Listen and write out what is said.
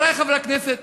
חברי חברי הכנסת,